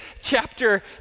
chapter